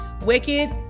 wicked